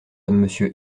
monsieur